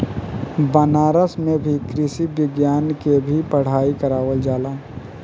बनारस में भी कृषि विज्ञान के भी पढ़ाई करावल जाला